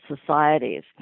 societies